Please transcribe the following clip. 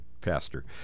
pastor